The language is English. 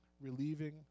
relieving